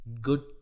good